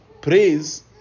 praise